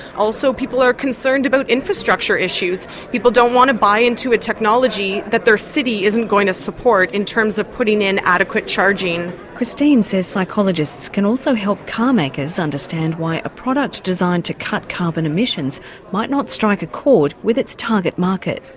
also people are concerned about infrastructure issues, people don't want to buy in to a technology that their city isn't going to support in terms of putting in adequate charging. christine says psychologists can also help car makers understand why a product designed to cut carbon emissions might not strike a chord with its target market.